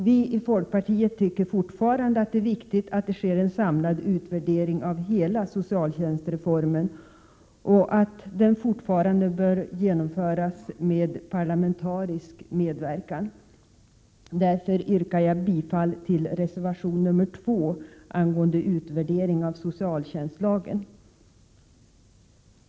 Vi i folkpartiet tycker fortfarande att det är viktigt att det sker en samlad utvärdering av hela socialtjänstreformen och att den bör genomföras med parlamentarisk medverkan. Därför yrkar jag bifall till reservation 2 angående utvärdering av socialtjänstlagen.